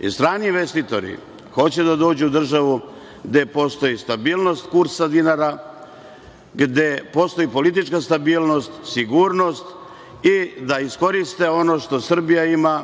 jer strani investitori hoće da dođu u državu gde postoji stabilnost kursa dinara, gde postoji politička stabilnost, sigurnost i da iskoriste ono što Srbija ima,